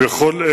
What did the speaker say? כה?